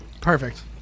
Perfect